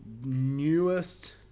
Newest